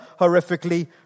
horrifically